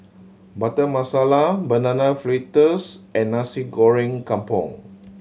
Butter Masala Banana Fritters and Nasi Goreng Kampung